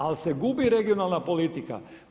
Ali se gubi regionalna politika.